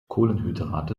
kohlenhydrate